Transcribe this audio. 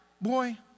boy